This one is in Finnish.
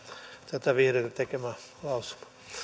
tätä vihreiden tekemää